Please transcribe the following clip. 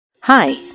Hi